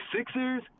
Sixers